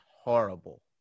horrible